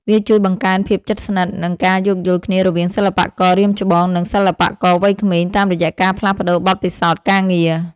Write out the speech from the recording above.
វាជួយបង្កើនភាពជិតស្និទ្ធ និងការយោគយល់គ្នារវាងសិល្បកររាមច្បង និងសិល្បករវ័យក្មេង តាមរយៈការផ្លាស់ប្តូរបទពិសោធន៍ការងារ។